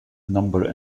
number